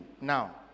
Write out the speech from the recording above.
now